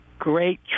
great